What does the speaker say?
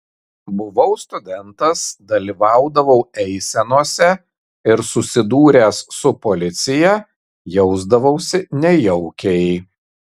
buvau studentas dalyvaudavau eisenose ir susidūręs su policija jausdavausi nejaukiai